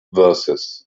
verses